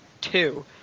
two